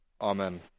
Amen